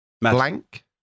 Blank